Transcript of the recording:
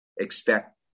expect